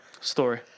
story